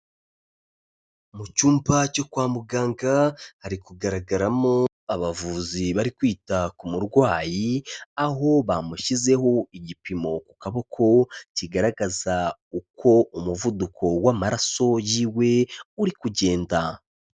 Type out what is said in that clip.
Mu cyumba cyo kwa muganga hari kugaragaramo abavuzi bari kwita ku murwayi, aho bamushyizeho igipimo ku kaboko kigaragaza uko umuvuduko w'amaraso yiwe uri kugenda.